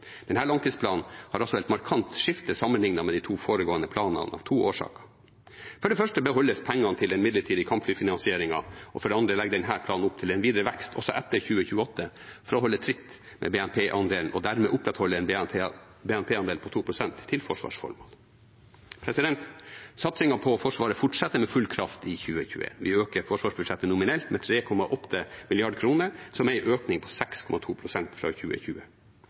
langtidsplanen har også et markant skifte sammenlignet med de to foregående planene, av to årsaker. For det første beholdes pengene til den midlertidige kampflyfinansieringen, og for det andre legger denne planen opp til en videre vekst også etter 2028, for å holde tritt med BNP-andelen og dermed opprettholde en BNP-andel på 2 pst. til forsvarsformål. Satsingen på Forsvaret fortsetter med full kraft i 2021. Vi øker forsvarsbudsjettet nominelt med 3,8 mrd. kr, som er en økning på 6,2 pst. fra 2020.